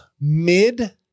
mid